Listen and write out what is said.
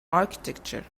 architecture